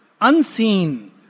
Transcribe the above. unseen